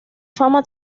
fama